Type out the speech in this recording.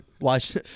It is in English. watch